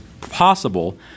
possible